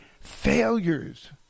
failures